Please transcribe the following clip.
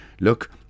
look